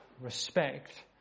respect